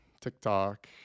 TikTok